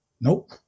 Nope